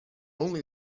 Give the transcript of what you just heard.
only